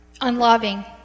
unloving